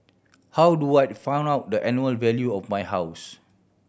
how do I find out the annual value of my house